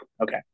okay